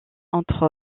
entre